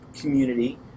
community